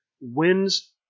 wins